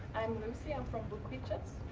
i'm lucie, i'm from bookwidgets.